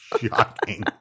Shocking